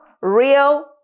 real